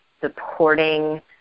supporting